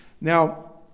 Now